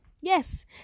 Yes